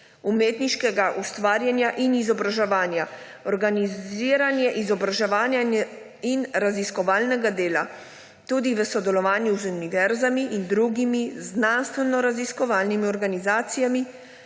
umetniškega ustvarjanja in izobraževanja, organiziranje izobraževanja in raziskovalnega dela tudi v sodelovanju z univerzami in drugimi znanstvenoraziskovalnimi organizacijami,